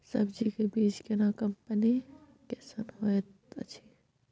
सब्जी के बीज केना कंपनी कैसन होयत अछि?